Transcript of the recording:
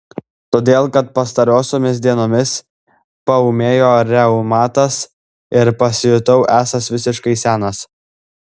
todėl kad pastarosiomis dienomis paūmėjo reumatas ir pasijutau esąs visiškai senas